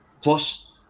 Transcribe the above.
Plus